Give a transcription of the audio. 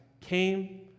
came